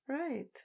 Right